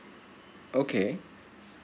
okay